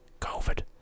covid